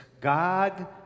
God